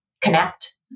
connect